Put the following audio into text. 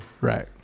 Right